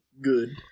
Good